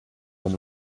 and